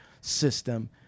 system